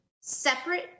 separate